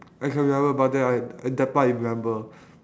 I can remember but then I I that part I remember